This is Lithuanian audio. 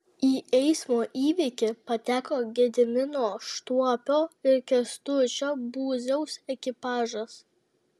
į eismo įvykį pateko gedimino štuopio ir kęstučio būziaus ekipažas